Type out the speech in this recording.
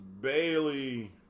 Bailey